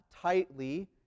tightly